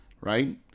right